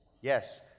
Yes